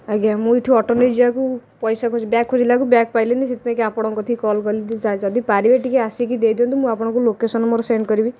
ଆଜ୍ଞା ମୁଁ ଏଇଠି ଅଟୋ ନେଇଯିବାକୁ ପଇସା ଖୋଜୁଛି ବ୍ୟାଗ୍ ଖୋଜିଲାକୁ ବ୍ୟାଗ୍ ପାଇଲିିନି ସେଥିପାଇଁ ଆପଣଙ୍କ କତିକି କଲ୍ କଲିି କି ଯଦି ପାରିବେ ଟିକିଏ ଆସି ଦେଇଦିଅନ୍ତୁ ମୁଁ ଆପଣଙ୍କୁ ଲୋକେସନ୍ ମୋର ସେଣ୍ଡ୍ କରିବି